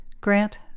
Grant